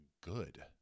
good